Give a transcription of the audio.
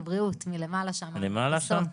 על פי חוק ביטוח בריאות ממלכתי.